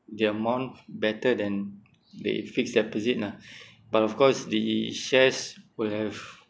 their amount better than the fixed deposit lah but of course the shares will have